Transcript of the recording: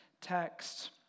text